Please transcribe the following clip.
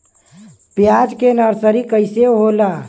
प्याज के नर्सरी कइसे होला?